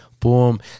Boom